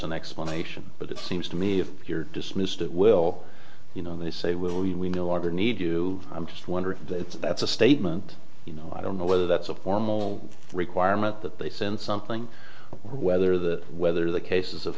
an explanation but it seems to me if you're dismissed it will you know they say we know longer need you i'm just wondering if that's a statement you know i don't know whether that's a formal requirement that they send something whether the whether the cases of